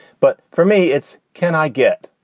but for me, it's. can i get.